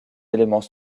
éléments